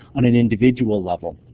on an individual level.